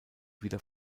wieder